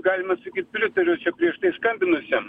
galima sakyt pritariu čia prieš tai skambinusiam